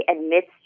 admits